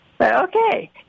Okay